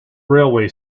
railway